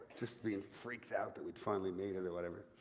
just being freaked out that we'd finally made it or whatever,